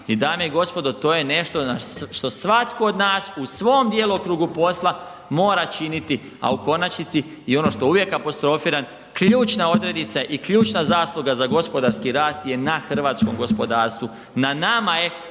I dame i gospodo, to je nešto što svatko od nas u svom djelokrugu posla mora činiti, a u konačnici i ono što uvijek apostrofiram, ključne odrednice i ključna zasluga za gospodarski rast je na hrvatskom gospodarstvu. Na nama je